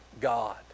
God